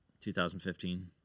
2015